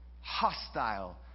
hostile